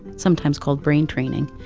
sometimes called brain training,